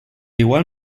igual